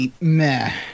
meh